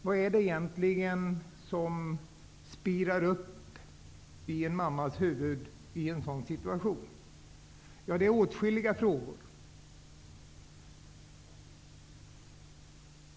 Vad är det egentligen som spirar upp i en mammas huvud i en sådan situation? Det är åtskilliga frågor.